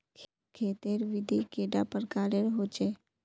खेत तेर विधि कैडा प्रकारेर होचे?